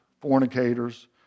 fornicators